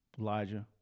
Elijah